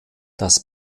das